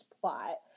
plot